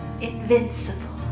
invincible